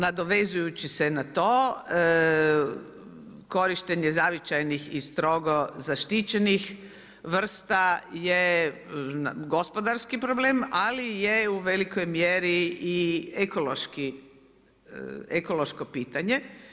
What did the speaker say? Nadovezujući se na to korištenje zavičajnih i strogo zaštićenih vrsta je gospodarski problem, ali je u velikoj mjeri i ekološko pitanje.